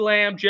Lamb